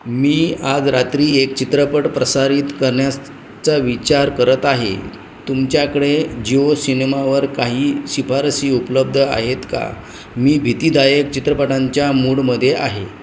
मी आज रात्री एक चित्रपट प्रसारित करण्यास चा विचार करत आहे तुमच्याकडे जिओ सिनेमावर काही शिफारसी उपलब्ध आहेत का मी भीतीदायक चित्रपटांच्या मूडमध्ये आहे